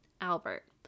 Albert